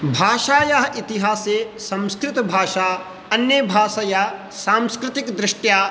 भाषायाः इतिहासे संस्कृतभाषा अन्यभाषया सांस्कृतिकदृष्ट्या